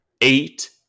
eight